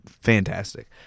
fantastic